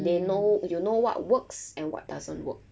they know you know what works and what doesn't work